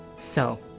so,